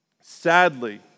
Sadly